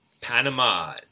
Panama